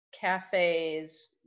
cafes